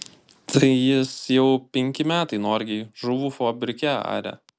tai jis jau penki metai norgėj žuvų fabrike aria